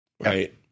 Right